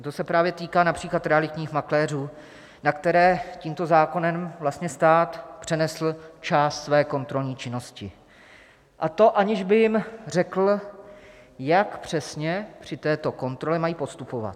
To se právě týká například realitních makléřů, na které vlastně stát přenesl část své kontrolní činnosti, a to aniž by jim řekl, jak přesně při této kontrole mají postupovat.